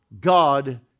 God